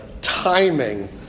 timing